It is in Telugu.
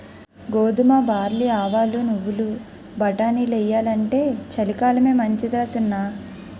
గోధుమ, బార్లీ, ఆవాలు, నువ్వులు, బటానీలెయ్యాలంటే చలికాలమే మంచిదరా సిన్నా